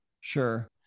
Sure